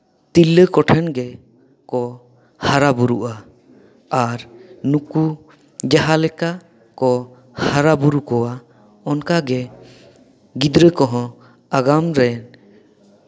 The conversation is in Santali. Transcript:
ᱛᱤᱨᱞᱟᱹ ᱠᱚᱴᱷᱮᱱ ᱜᱮ ᱠᱚ ᱦᱟᱨᱟ ᱵᱩᱨᱩᱜᱼᱟ ᱟᱨ ᱱᱩᱠᱩ ᱡᱟᱦᱟᱸ ᱞᱮᱠᱟ ᱠᱚ ᱦᱟᱨᱟᱼᱵᱩᱨᱩ ᱠᱚᱣᱟ ᱚᱱᱠᱟ ᱜᱮ ᱜᱤᱫᱽᱨᱟᱹ ᱠᱚᱦᱚᱸ ᱟᱜᱟᱢ ᱨᱮ